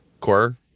Core